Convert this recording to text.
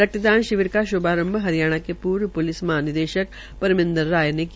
रक्तदान शिविर का शुभारंभ हरियाणा के पूर्व पुलिस महानिदेशक परमिंदर राय ने किया